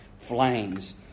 flames